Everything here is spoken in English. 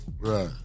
Right